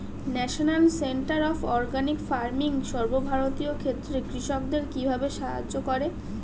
National Centre of Organic Farming সর্বভারতীয় ক্ষেত্রে কৃষকদের কিভাবে সাহায্য করে?